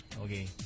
Okay